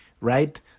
right